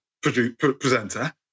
presenter